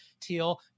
Teal